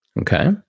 Okay